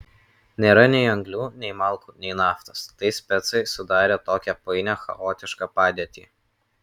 nėra nei anglių nei malkų nei naftos tai specai sudarė tokią painią chaotišką padėtį